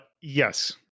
yes